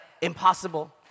impossible